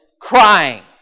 crying